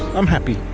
i'm happy.